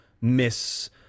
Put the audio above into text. miss